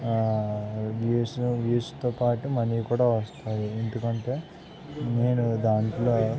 views వ్యూస్తో పాటు money కూడా వస్తాయి ఎందుకంటే నేను దాంట్లో